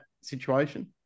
situation